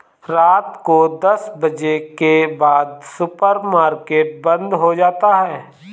रात को दस बजे के बाद सुपर मार्केट बंद हो जाता है